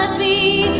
me